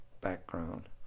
background